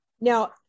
Now